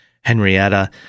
Henrietta